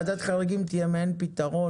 את אומרת שוועדת חריגים תהיה מעין פתרון